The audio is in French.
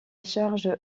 charge